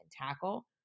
tackle